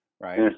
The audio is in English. right